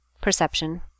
perception